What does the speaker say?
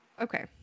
Okay